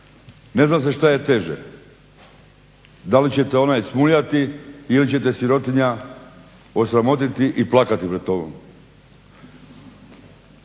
Ne zna se šta je teže, da li će te onaj smuljati ili će te sirotinja osramotiti i plakati pred tobom.